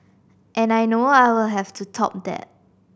and I know I will have to top that